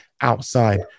outside